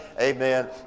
Amen